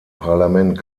parlament